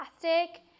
plastic